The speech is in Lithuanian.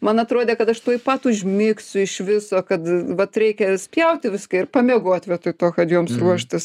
man atrodė kad aš tuoj pat užmigsiu iš viso kad vat reikia spjaut į viską ir pamiegot vietoj to kad joms ruoštis